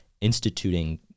instituting